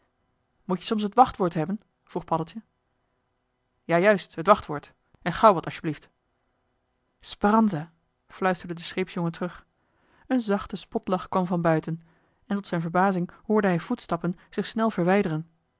liberta moet-je soms het wachtwoord hebben vroeg paddeltje ja juist het wachtwoord en gauw wat asjeblieft speranza fluisterde de scheepsjongen terug een zachte spotlach kwam van buiten en tot zijn verbazing hoorde hij voetstappen zich snel verwijderen